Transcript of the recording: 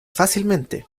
fácilmente